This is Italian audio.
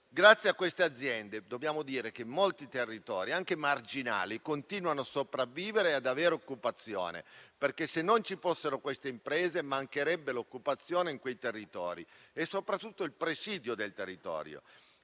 Grazie a queste aziende dobbiamo dire che molti territori, anche marginali, continuano a sopravvivere e ad avere occupazione: se non ci fossero queste imprese, mancherebbero l'occupazione in quelle aree e soprattutto il presidio del territorio.